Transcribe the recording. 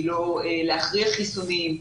היא לא להכריח חיסונים,